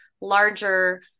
larger